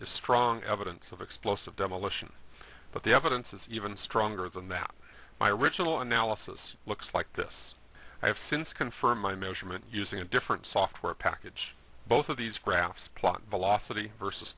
is strong evidence of explosive demolition but the evidence is even stronger than that my original analysis looks like this i have since confirmed my measurement using a different software package both of these graphs plot velocity versus